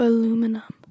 Aluminum